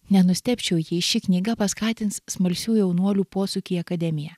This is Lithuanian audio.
nenustebčiau jei ši knyga paskatins smalsių jaunuolių posūkį į akademiją